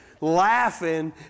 laughing